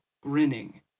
Grinning